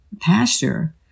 pasture